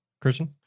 Christian